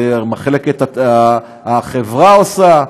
זה מחלקת החברה העושה,